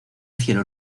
cielo